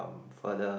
further